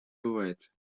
бывает